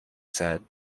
said